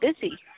busy